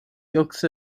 yolks